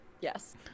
Yes